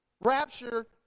rapture